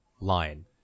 line